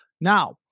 Now